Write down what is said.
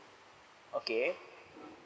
okay